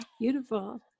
beautiful